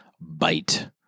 Bite